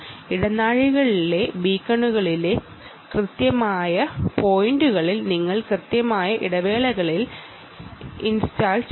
ഇടനാഴികളിലെ ബീക്കണുകളിലെ കൃത്യമായ പോയിന്റുകളിൽ നിങ്ങൾക്ക് കൃത്യമായ ഇടവേളകളിൽ ഇത് ഇൻസ്റ്റാൾ ചെയ്യാം